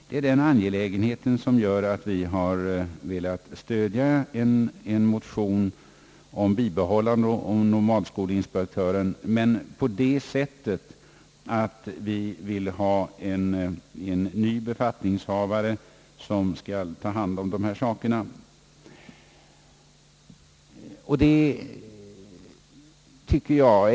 Det är denna omständighet som gör att vi velat stödja motionen om bibehållande av nomadskolinspektören och att en ny befattningshavare skall få ta hand om dessa frågor.